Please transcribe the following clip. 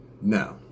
Now